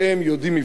יודעים אנגלית.